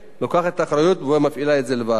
במהלך הדיונים, אדוני היושב-ראש,